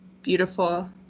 Beautiful